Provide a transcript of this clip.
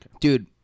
dude